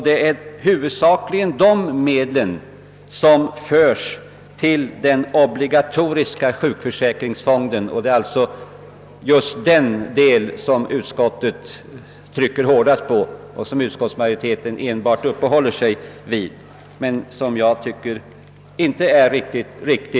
Det är huvudsakligen dessa medel som förs till den obligatoriska sjukförsäkringsfonden, och <utskottsmajoriteten uppehåller sig enbart vid denna del. Detta är inte riktigt korrekt.